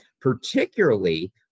particularly